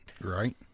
Right